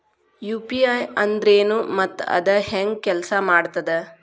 UPI ಅಂದ್ರೆನು ಮತ್ತ ಅದ ಹೆಂಗ ಕೆಲ್ಸ ಮಾಡ್ತದ